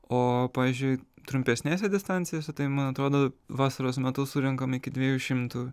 o pavyzdžiui trumpesnėse distancijose tai man atrodo vasaros metu surenkam iki dviejų šimtų